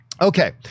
Okay